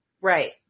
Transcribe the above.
Right